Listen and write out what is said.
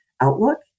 outlook